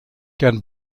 gerne